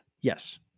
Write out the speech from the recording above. yes